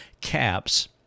caps